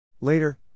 Later